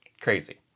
crazy